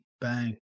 Bang